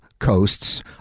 Coasts